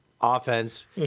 offense